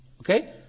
Okay